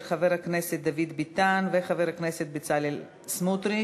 של חבר הכנסת דוד ביטן וחבר הכנסת בצלאל סמוטריץ.